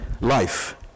life